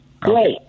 Great